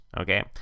okay